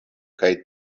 kaj